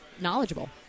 knowledgeable